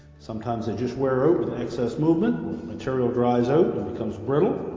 sometimes they just wear out with excess movement or the material dries out and becomes brittle.